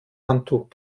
handtuch